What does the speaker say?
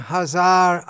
Hazar